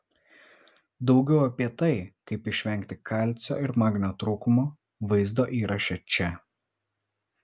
daugiau apie tai kaip išvengti kalcio ir magnio trūkumo vaizdo įraše čia